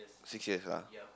six year lah